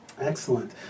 Excellent